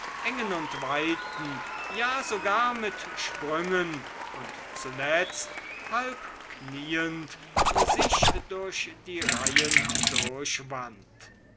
engen und weiten ja sogar mit sprüngen und zuletzt halb knieend sich durch die reihen